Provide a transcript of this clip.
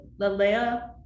Lalea